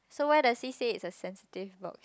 so why does he say it's a sensitive box